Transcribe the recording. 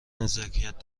نزاکت